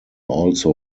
also